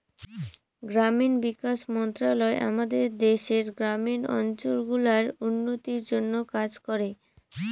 গ্রামীণ বিকাশ মন্ত্রণালয় আমাদের দেশের গ্রামীণ অঞ্চল গুলার উন্নতির জন্যে কাজ করে